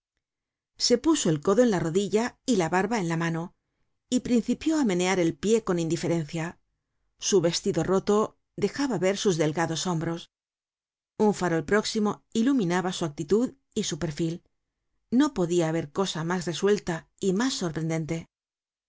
se puso el codo en la rodilla y la barba en la mano y principió á menear el pie con indiferencia su vestido roto dejaba ver sus delgados hombros un farol próximo iluminaba su actitud y su perfil no podia haber cosa mas resuelta y mas sorprendente